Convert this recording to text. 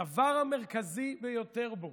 הדבר המרכזי ביותר בו